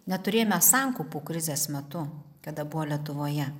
neturėjome sankaupų krizės metu kada buvo lietuvoje